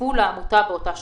שהצטרפו לעמותה באותה שנה.